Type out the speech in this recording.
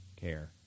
care